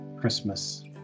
Christmas